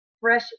fresh